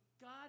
God